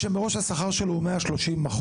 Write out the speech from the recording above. השכר שלו מראש הוא 130%?